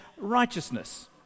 righteousness